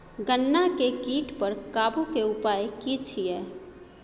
गन्ना के कीट पर काबू के उपाय की छिये?